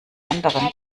anderen